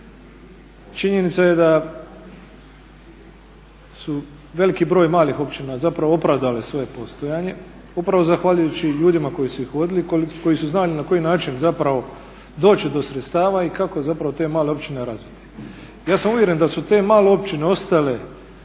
Činjenica je da su veliki broj malih općina zapravo opravdale svoje postojanje upravo zahvaljujući ljudima koji su ih vodili i koji su znali na koji način zapravo doći do sredstava i kako zapravo te male općine razviti. Ja sam uvjeren da su te male općine ostajale